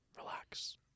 Relax